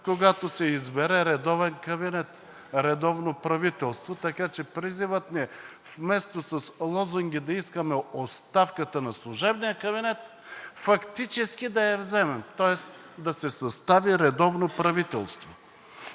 когато се избере редовен кабинет, редовно правителство. Така че призивът ми е вместо с лозунги да искаме оставката на служебния кабинет, фактически да я вземем, тоест да се състави редовно правителство.